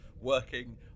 working